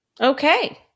Okay